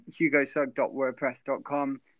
hugosug.wordpress.com